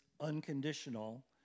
unconditional